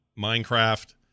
Minecraft